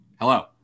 Hello